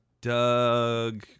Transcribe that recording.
Doug